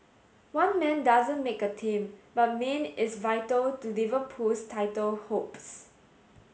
one man doesn't make a team but Mane is vital to Liverpool's title hopes